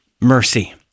Mercy